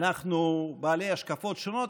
אנחנו בעלי השקפות שונות,